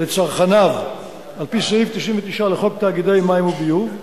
לצרכניו על-פי סעיף 99 לחוק תאגידי מים וביוב.